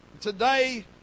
Today